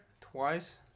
twice